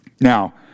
Now